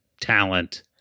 talent